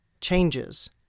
changes